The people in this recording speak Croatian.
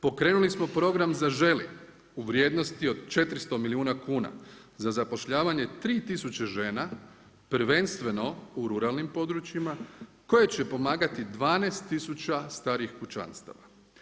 Pokrenuli smo program „Zaželi“ u vrijednosti od 400 milijuna kuna za zapošljavanje 3 tisuće žena prvenstveno u ruralnim područjima koje će pomagati 12 tisuća starih kućanstava.